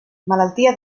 malaltia